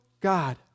God